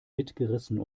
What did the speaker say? mitgerissen